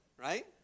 right